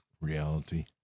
Reality